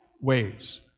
ways